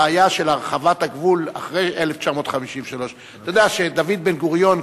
הבעיה של הרחבת הגבול אחרי 1953. אתה יודע שדוד בן-גוריון,